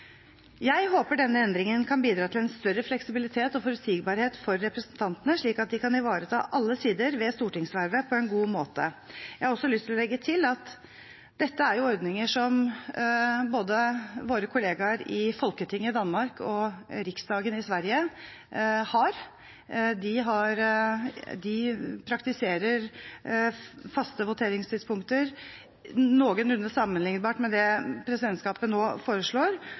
Jeg håper denne endringen kan bidra til en større fleksibilitet og forutsigbarhet for representantene, slik at de kan ivareta alle sider ved stortingsvervet på en god måte. Jeg har også lyst til å legge til at dette er ordninger som våre kollegaer i både Folketinget i Danmark og Riksdagen i Sverige har. De praktiserer faste voteringstidspunkter noenlunde sammenlignbart med det presidentskapet nå foreslår,